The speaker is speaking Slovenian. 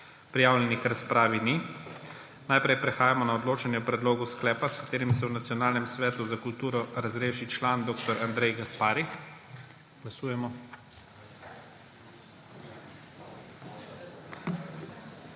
Prijavljenih k razpravi ni. Najprej prehajamo na odločanje o predlogu sklepa, s katerim se v Nacionalnem svetu za kulturo razreši član dr. Andrej Gaspari. Glasujemo.